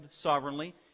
sovereignly